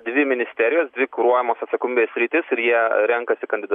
dvi ministerijos dvi kuruojamos atsakomybės sritys ir jie renkasi kandida